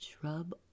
shrub